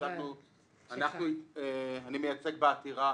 אני מייצג בעתירה